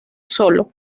solo